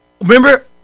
Remember